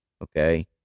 Okay